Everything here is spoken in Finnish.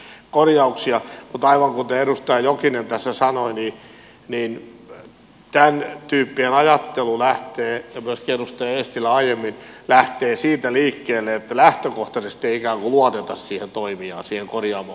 mutta aivan kuten edustaja jokinen tässä sanoi ja myöskin edustaja eestilä aiemmin niin tämäntyyppinen ajattelu lähtee siitä liikkeelle että lähtökohtaisesti ikään kuin ei luoteta siihen toimijaan siihen korjaamoon katsastajaan